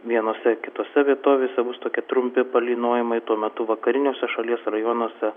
vienose kitose vietovėse bus tokie trumpi palynojimai tuo metu vakariniuose šalies rajonuose